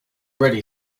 ready